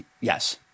yes